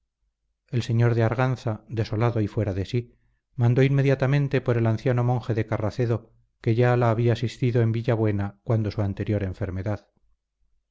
el señor de arganza desolado y fuera de sí mandó inmediatamente por el anciano monje de carracedo que ya la había asistido en villabuena cuando su anterior enfermedad